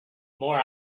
more